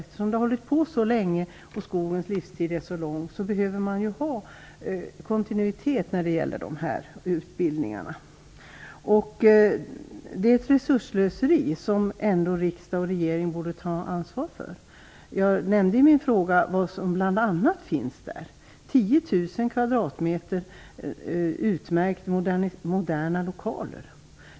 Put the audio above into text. Eftersom skogens livstid är så lång behöver man ha kontinuitet när det gäller dessa utbildningar. En avveckling av Garpenberg skulle vara ett resursslöseri som riksdag och regering borde ta ansvar för. Jag nämnde i min fråga vad som bl.a. finns där - 10 000 m2 utmärkta, moderna lokaler.